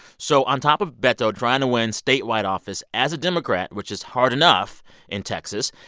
so on top of beto trying to win statewide office as a democrat, which is hard enough in texas,